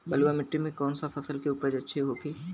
बलुआ मिट्टी में कौन सा फसल के उपज अच्छा होखी?